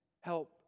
Help